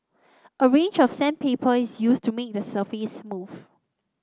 a range of sandpaper is used to make the surface smooth